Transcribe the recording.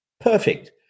Perfect